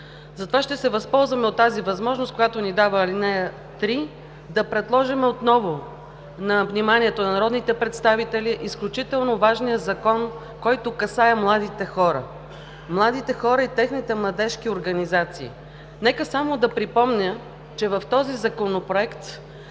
Затова ще се възползваме от възможността, която ни дава ал. 3 – да предложим отново на вниманието на народните представители изключително важния Законопроект, който касае младите хора и техните младежки организации. Нека само да припомня, че в този законопроект